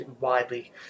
widely